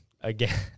again